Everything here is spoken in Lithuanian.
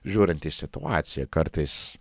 žiūrint į situaciją kartais